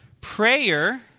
prayer